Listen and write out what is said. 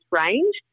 range